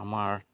আমাৰ